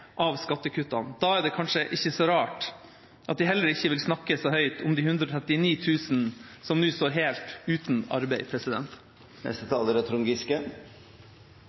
av skattekuttene. Da er det kanskje ikke så rart at de heller ikke vil snakke så høyt om de 139 000 som nå står helt uten arbeid.